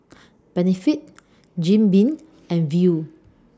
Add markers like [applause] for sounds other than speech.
[noise] Benefit Jim Beam and Viu